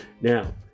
Now